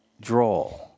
draw